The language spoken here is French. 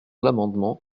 l’amendement